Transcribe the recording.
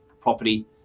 property